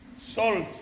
Salt